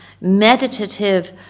meditative